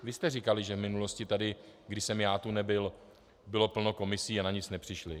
Vy jste říkali, že v minulosti tady, když jsem já tu nebyl, bylo plno komisí a na nic nepřišly.